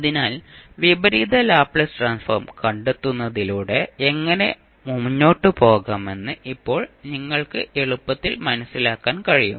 അതിനാൽ വിപരീത Laplace transform കണ്ടെത്തുന്നതിലൂടെ എങ്ങനെ മുന്നോട്ട് പോകാമെന്ന് ഇപ്പോൾ നിങ്ങൾക്ക് എളുപ്പത്തിൽ മനസ്സിലാക്കാൻ കഴിയും